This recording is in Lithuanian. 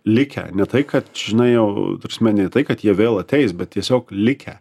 likę ne tai kad žinaojau ta prasme nei tai kad jie vėl ateis bet tiesiog likę